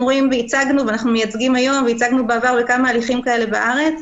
אנחנו ייצגנו היום וייצגנו בעבר בכמה הליכים כאלה בארץ,